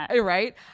Right